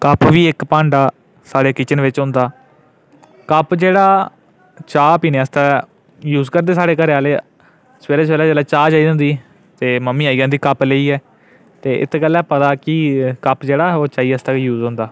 cup बी इक भांडा साढ़ी किचन बिच होंदा कप्प जेह्ड़ा चाह् पीने आस्तै यूज करदे साढ़े घरै आह्ले सवेरे सवेरे जेल्लै चाह् चाहिदी होंदी ते मम्मी आई जंदी कप्प लेइयै ते इत गल्ला पता कि कप्प जेह्ड़ा ओह चाही आस्तै गै यूज होंदा